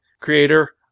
creator